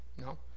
No